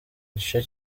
igice